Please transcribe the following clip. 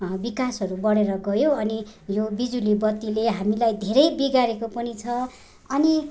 विकासहरू बढेर गयो अनि यो बिजुली बत्तीले हामीलाई धेरै बिगारेको पनि छ अनि